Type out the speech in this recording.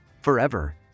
forever